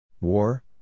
War